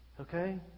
Okay